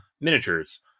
miniatures